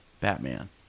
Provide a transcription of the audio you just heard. batman